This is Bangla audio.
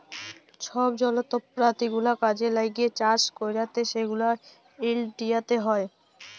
ছব যলত্রপাতি গুলা কাজে ল্যাগে চাষ ক্যইরতে সেগলা ইলডিয়াতে হ্যয়